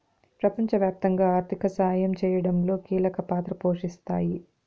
ప్రపంచవ్యాప్తంగా ఆర్థిక సాయం చేయడంలో కీలక పాత్ర పోషిస్తాయి